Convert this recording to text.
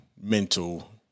mental